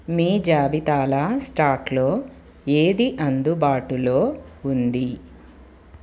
మీ జాబితాల స్టాక్లో ఏది అందుబాటులో ఉంది